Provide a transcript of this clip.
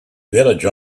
village